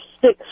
six